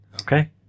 Okay